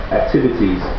activities